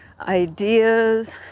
ideas